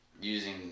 using